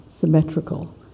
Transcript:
symmetrical